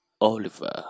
Oliver